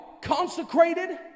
consecrated